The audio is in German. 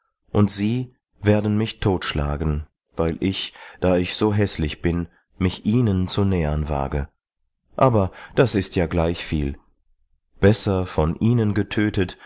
und sie werden mich totschlagen weil ich da ich so häßlich bin mich ihnen zu nähern wage aber das ist ja gleichviel besser von ihnen getötet